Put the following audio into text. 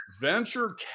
Venture